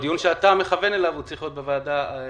הדיון שאתה מכוון אליו צריך להיות בוועדה עצמה,